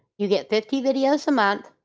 you get fifty videos a month.